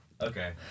Okay